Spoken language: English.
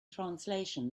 translation